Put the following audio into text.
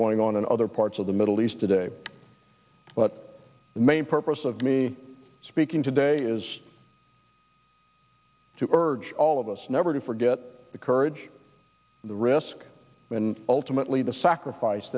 going on in other parts of the middle east today but the main purpose of me speaking today is to urge all of us never to forget the courage the risk and ultimately the sacrifice